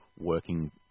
working